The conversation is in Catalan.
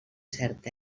cert